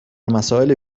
مسائل